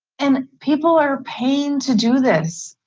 and people are paying to do this.